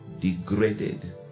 degraded